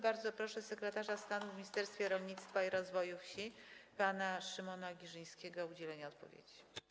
Bardzo proszę sekretarza stanu w Ministerstwie Rolnictwa i Rozwoju Wsi pana Szymona Giżyńskiego o udzielenie odpowiedzi.